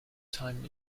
time